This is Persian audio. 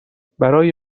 برای